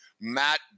Matt